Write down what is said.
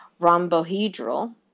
rhombohedral